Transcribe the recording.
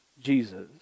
Jesus